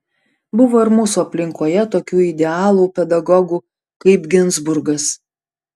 buvo ir mūsų aplinkoje tokių idealų pedagogų kaip ginzburgas